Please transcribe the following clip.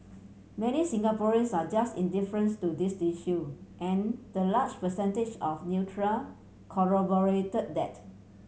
many Singaporeans are just indifferent to this issue and the large percentage of neutral corroborated that